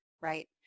right